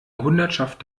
hundertschaft